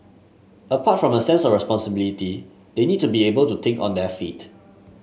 apart from a sense of responsibility they need to be able to think on their feet